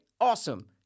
Awesome